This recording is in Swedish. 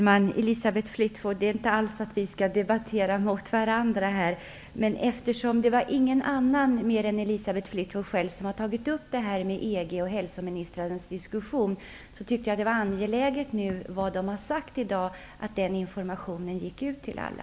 Herr talman! Vi skall inte alls debattera mot varandra. Eftersom ingen annan än Elisabeth Fleetwood tog upp EG:s hälsoministrars diskussion, tyckte jag att det var angeläget att tala om vad de har sagt i dag, så att information gick ut till alla.